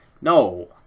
No